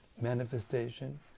manifestation